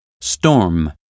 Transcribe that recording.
storm